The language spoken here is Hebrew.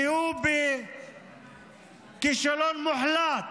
כי הוא כישלון מוחלט